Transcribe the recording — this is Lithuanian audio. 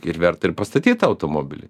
ir verta ir pastatyt tą automobilį